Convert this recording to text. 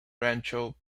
rancho